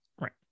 Right